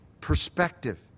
perspective